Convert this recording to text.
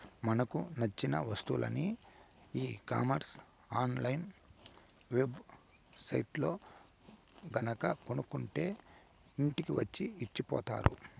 మనకు నచ్చిన వస్తువులని e commerce online web సైట్లల్లో గనక కొనుక్కుంటే ఇంటికి వచ్చి ఇచ్చిపోతారు